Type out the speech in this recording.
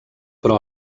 però